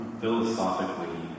Philosophically